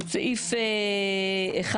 סעיף (1),